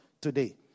today